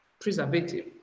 preservative